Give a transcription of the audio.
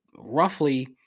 Roughly